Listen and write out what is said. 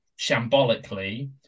shambolically